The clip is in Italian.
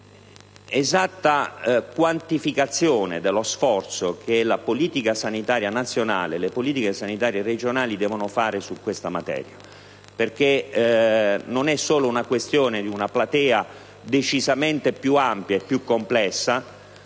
sull'esatta quantificazione dello sforzo che la politica sanitaria nazionale e le politiche sanitarie regionali devono fare in questo campo. Ma non è solo una questione di una platea decisamente più ampia e complessa: